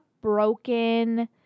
broken